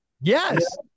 Yes